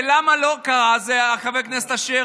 ולמה זה לא קרה, חבר הכנסת אשר?